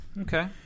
Okay